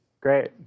Great